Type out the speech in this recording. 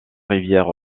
rivières